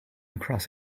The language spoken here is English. across